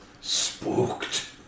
spooked